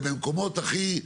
במקומות הכי,